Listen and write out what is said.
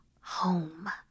home